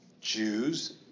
Jews